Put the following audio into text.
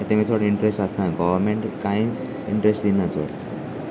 तेमी चड इंट्रस्ट आसना गोवरमेंट कांयच इंट्रस्ट दिना चड